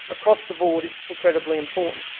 across the board is incredibly important.